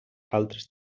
altres